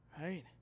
Right